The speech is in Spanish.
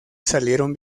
salieron